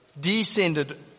descended